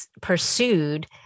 Pursued